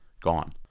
gone